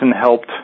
helped